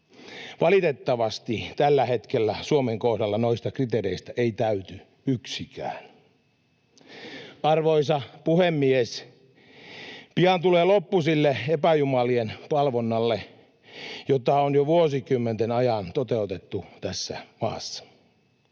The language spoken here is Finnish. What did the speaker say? Valitettavasti tällä hetkellä Suomen kohdalla noista kriteereistä ei täyty yksikään. Arvoisa puhemies! Pian tulee loppu sille epäjumalien palvonnalle, jota on jo vuosikymmenten ajan toteutettu tässä maassa.